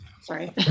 Sorry